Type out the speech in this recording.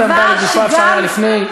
הבעת העמדה לגופה אפשר היה לפני,